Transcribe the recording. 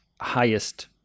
highest